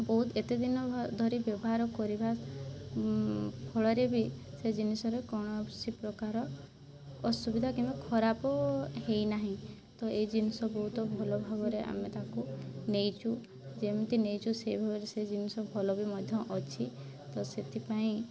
ବହୁତ ଏତେ ଦିନ ଧରି ବ୍ୟବହାର କରିବା ଫଳରେ ବି ସେ ଜିନିଷର କୌଣସି ପ୍ରକାର ଅସୁବିଧା କିମ୍ବା ଖରାପ ହେଇନାହିଁ ତ ଏଇ ଜିନିଷ ବହୁତ ଭଲ ଭାବରେ ଆମେ ତାକୁ ନେଇଛୁ ଯେମିତି ନେଇଛୁ ସେ ସେ ଜିନିଷ ଭଲ ବି ମଧ୍ୟ ଅଛି ତ ସେଥିପାଇଁ